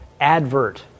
advert